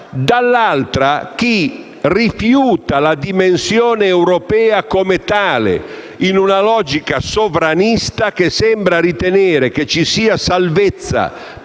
Dall'altra c'è chi rifiuta la dimensione europea come tale, in una logica sovranista che sembra ritenere che ci sia salvezza